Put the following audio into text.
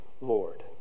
Lord